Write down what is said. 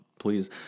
Please